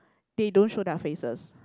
they don't show their faces